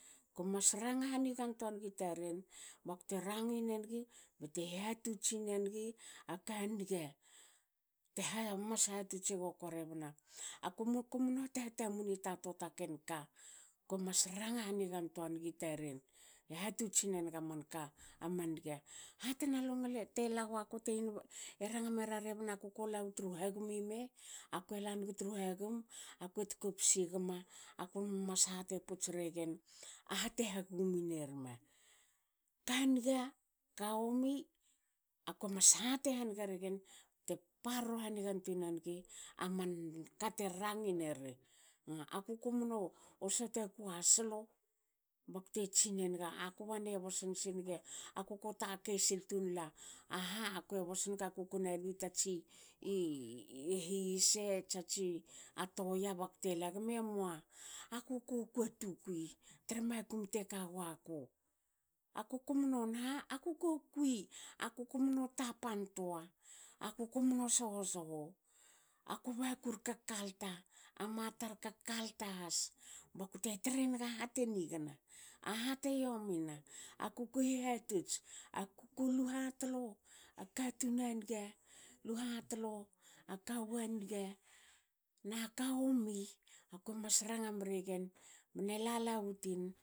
Komas ranga hanigantoa nigi taren rangine nigi bakte hatotsin enigi aka niga mas hatots egakua rebna. A kum kumnu hat hatamuni ta toa ta ken ka komas ranga hanigantoa nigi taren hatostin enagamanka a man niga. Hatna tela guaku te ranga mera rebna kuko lawu tru hagum ime akue lanigi tru hagum akue tkopsi gme akume mas hati puts regen a hate hagumin erme. kaniga ka womi akue mas hati haniga regen bte parro hanigantuin nenigi aman kate rangi neri. A kuko mno sota kua solo bakte tsinenigi aku banie bos nsi nigi aku ko takei sil tunla aha kue bos nigi kuko nalui tatsi hiyise atsi a toya bakte lagme mua. a kuko kui a tukui tra makum teka guaku. Aku komno naha aku ko kui. aku komno tapantoa. aku komno soho soho, akua bakur ka kalta a matar ka kalta has bakute trenaga kate nigana, ahate yomina akuko hihatots aku ko lu hatolo akatun a niga, lu hatolo a kawu aniga naka omi akue mas ranga mregen mne lalawu tin.